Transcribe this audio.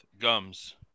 Gums